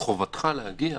חובתך להגיע